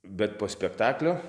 bet po spektaklio